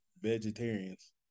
vegetarians